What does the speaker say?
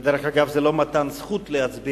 דרך אגב, זה לא מתן זכות להצביע.